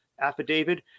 affidavit